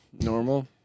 normal